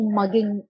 maging